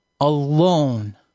alone